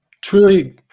truly